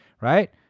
Right